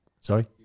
sorry